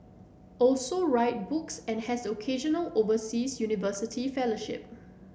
also write books and has the occasional overseas university fellowship